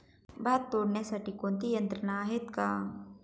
भात तोडण्यासाठी कोणती यंत्रणा आहेत का?